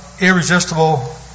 Irresistible